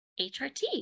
HRT